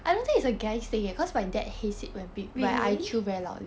really